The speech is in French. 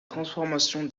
transformation